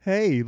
Hey